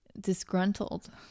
disgruntled